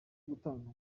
gutanga